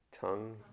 tongue